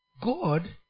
God